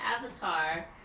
Avatar